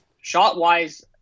Shot-wise